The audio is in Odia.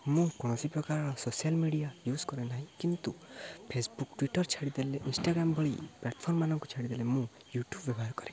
ମୁଁ କୌଣସି ପ୍ରକାରର ସୋସିଆଲ୍ ମିଡ଼ିଆ ୟୁ୍ଜ କରେ ନାହିଁ କିନ୍ତୁ ଫେସ୍ବୁକ୍ ଟ୍ୱିଟର୍ ଛାଡ଼ିଦେଲେ ଇନଷ୍ଟାଗ୍ରାମ୍ ଭଳି ପ୍ଲାଟ୍ଫର୍ମମାନଙ୍କୁ ଛାଡ଼ିଦେଲେ ମୁଁ ୟୁଟ୍ୟୁବ୍ ବ୍ୟବହାର କରେ